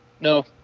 No